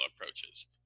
approaches